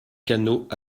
canot